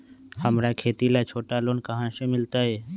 हमरा खेती ला छोटा लोने कहाँ से मिलतै?